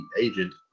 agent